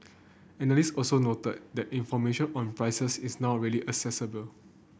analyst also noted that information on prices is now really accessible